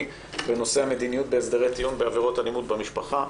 בנושא המדיניות בהסדרי טיעון בעבירות אלימות במשפחה.